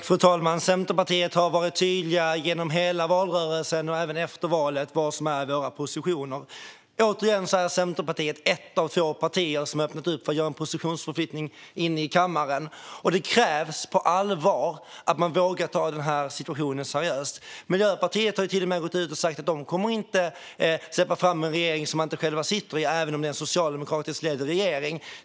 Fru talman! Centerpartiet har varit tydligt genom hela valrörelsen och även efter valet med vad som är våra positioner. Återigen är Centerpartiet ett av få partier som har öppnat upp för att göra en positionsförflyttning inne i kammaren. Det krävs att man vågar ta denna situation seriöst. Miljöpartiet har till och med gått ut och sagt att de inte kommer att släppa fram en regering som de inte själva sitter i, även om det är en socialdemokratiskt ledd regering.